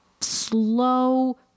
slow